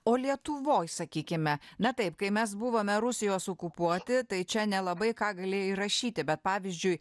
o lietuvoj sakykime na taip kai mes buvome rusijos okupuoti tai čia nelabai ką galėjai rašyti bet pavyzdžiui